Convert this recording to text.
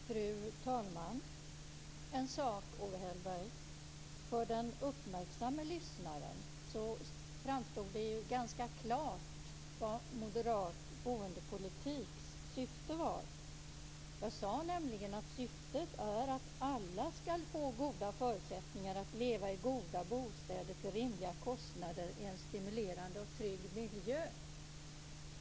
Fru talman! En sak, Owe Hellberg. För den uppmärksamme lyssnaren framstod det ganska klart vad moderat boendepolitik har för syfte. Jag sade nämligen att syftet är att alla ska få goda förutsättningar att leva i goda bostäder till rimliga kostnader i en stimulerande och trygg miljö.